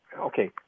Okay